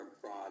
broad